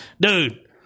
Dude